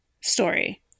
story